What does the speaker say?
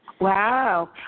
Wow